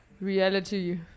reality